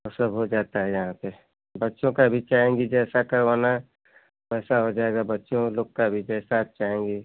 ओ सब हो जाता है यहाँ पर बच्चों का भी चाहेंगी जैसा करवाना वैसा हो जाएगा बच्चों लोग का भी जैसा आप चाहेंगी